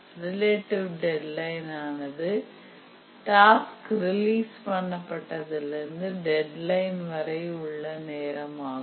relative deadline ஆனது task release பண்ணப்பட்ட திலிருந்து டெட்லைன் வரை உள்ள நேரம் ஆகும்